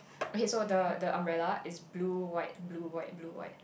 okay so the the umbrella is blue white blue white blue white